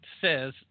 says